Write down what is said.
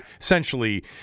essentially